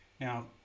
Now